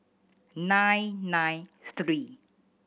nine nine three